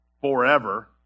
forever